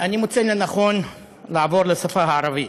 אני מוצא לנכון לעבור לשפה הערבית.